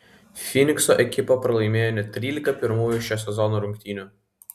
fynikso ekipa pralaimėjo net trylika pirmųjų šio sezono rungtynių